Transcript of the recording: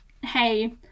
hey